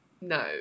no